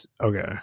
okay